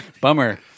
Bummer